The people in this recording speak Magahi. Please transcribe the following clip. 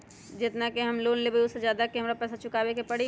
जेतना के हम लोन लेबई ओ से ज्यादा के हमरा पैसा चुकाबे के परी?